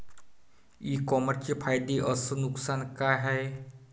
इ कामर्सचे फायदे अस नुकसान का हाये